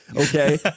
okay